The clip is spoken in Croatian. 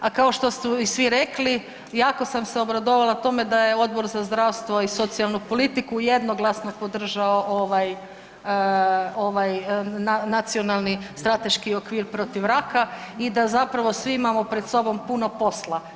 A kao što su svi rekli, jako sam se obradovala tome da je Odbor za zdravstvo i socijalnu politiku jednoglasno podržao ovaj Nacionalni strateški okvir protiv raka i da zapravo svi imamo puno posla.